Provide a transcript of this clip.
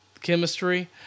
chemistry